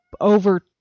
over